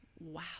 Wow